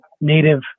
native